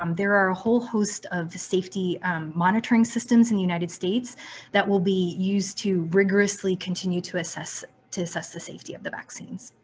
um there are a whole host of safety monitoring systems in the united states that will be used to rigorously continue to assess to assess the safety of the vaccines.